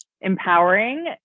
empowering